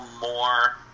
more